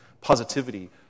positivity